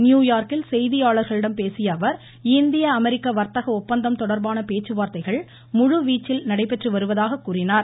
நியூயார்க்கில் செய்தியாளர்களிடம் பேசியஅவர் இந்திய அமெரிக்க வர்த்தக ஒப்பந்தம் தொடர்பான பேச்சுவார்த்தைகள் முழுவீச்சில் நடைபெற்று வருவதாகக் கூறினார்